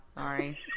Sorry